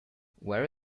where